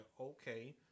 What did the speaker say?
okay